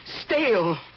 stale